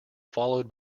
followed